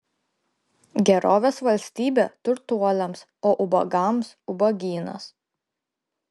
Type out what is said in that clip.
gerovės valstybė turtuoliams o ubagams ubagynas